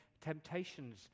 temptations